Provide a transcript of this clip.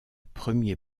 premier